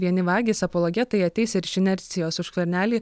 vieni vagys apologetai ateis ir iš inercijos už skvernelį